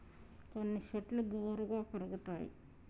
కొన్ని శెట్లు గుబురుగా పెరుగుతాయి